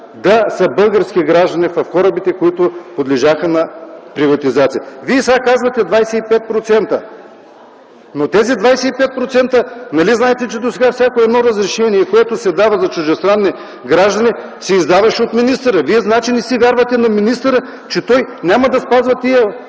да са български граждани в корабите, които подлежаха на приватизация. Вие сега казвате: 25%. Но нали знаете, че досега всяко разрешение, което се дава за чуждестранни граждани, се издаваше от министъра. Вие значи не вярвате на своя министър, че той няма да спазва